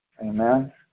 amen